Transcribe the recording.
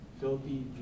filthy